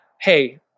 hey